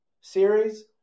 series